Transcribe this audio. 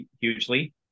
hugely